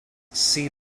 see